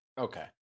Okay